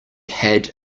had